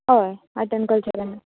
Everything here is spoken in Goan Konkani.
हय आर्ट एन कल्चरान